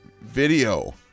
Video